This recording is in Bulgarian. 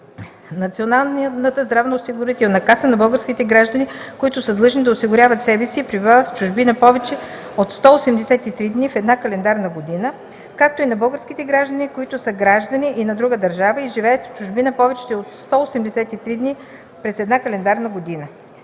Националната здравноосигурителна каса на българските граждани, които са длъжни да осигуряват себе си и пребивават в чужбина повече от 183 дни в една календарна година, както и на българските граждани, които са граждани и на друга държава и живеят в чужбина повече от 183 дни през една календарна година.